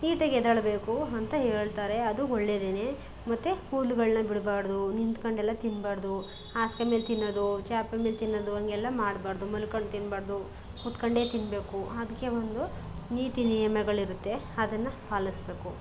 ನೀಟಾಗಿ ಎದ್ದೇಳಬೇಕು ಅಂತ ಹೇಳ್ತಾರೆ ಅದು ಒಳ್ಳೆಯದೇನೆ ಮತ್ತು ಕೂದಲುಗಳನ್ನ ಬಿಡಬಾರ್ದು ನಿಂತ್ಕೊಂಡೆಲ್ಲ ತಿನ್ನಬಾರ್ದು ಹಾಸಿಗೆ ಮೇಲೆ ತಿನ್ನೋದು ಚಾಪೆ ಮೇಲೆ ತಿನ್ನೋದು ಹಂಗೆಲ್ಲ ಮಾಡಬಾರ್ದು ಮಲ್ಕೊಂಡು ತಿನ್ನಬಾರ್ದು ಕೂತ್ಕೊಂಡೆ ತಿನ್ನಬೇಕು ಅದ್ಕೆ ಒಂದು ನೀತಿ ನಿಯಮಗಳಿರುತ್ತೆ ಅದನ್ನು ಪಾಲಿಸಬೇಕು